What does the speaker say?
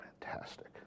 Fantastic